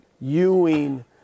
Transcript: Ewing